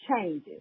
changes